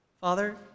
Father